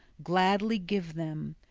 gladly give them.